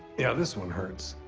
yeah, this one hurts.